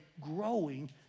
growing